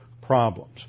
problems